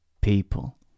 people